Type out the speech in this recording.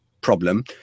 problem